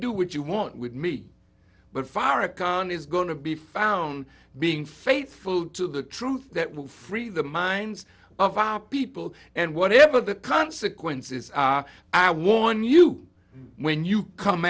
do what you want with me but farrakhan is going to be found being faithful to the truth that will free the minds of our people and whatever the consequences are i warn you when you come